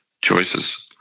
choices